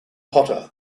potter